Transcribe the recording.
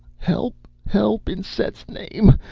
help! help, in set's name!